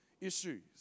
issues